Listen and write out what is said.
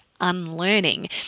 unlearning